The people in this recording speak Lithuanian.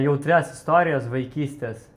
jautrias istorijas vaikystės